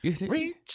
reach